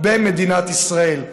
במדינת ישראל.